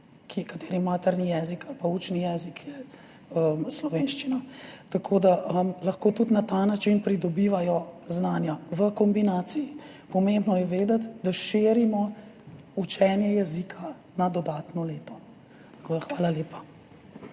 katerih materni jezik ali pa učni jezik je slovenščina, tako da lahko tudi na ta način pridobivajo znanja, v kombinaciji. Pomembno je vedeti, da širimo učenje jezika na dodatno leto. Hvala lepa.